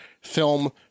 film